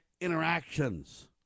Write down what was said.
interactions